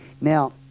Now